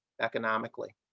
economically